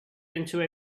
into